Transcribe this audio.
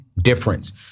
difference